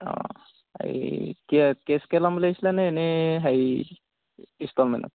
অ এই কে কেচকে ল'ম বুলি আহিছিলেনে এনে হেৰি ইনষ্টলমেণ্টত